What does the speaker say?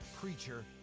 preacher